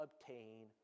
obtain